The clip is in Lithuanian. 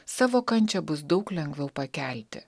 savo kančią bus daug lengviau pakelti